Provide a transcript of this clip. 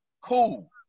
cool